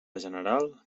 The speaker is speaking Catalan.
general